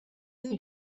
you